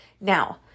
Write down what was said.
Now